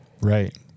Right